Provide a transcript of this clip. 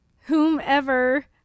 whomever